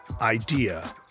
idea